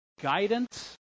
guidance